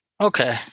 Okay